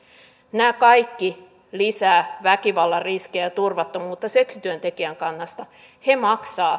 nämä kaikki lisäävät väkivallan riskejä ja turvattomuutta seksityöntekijän kannalta he maksavat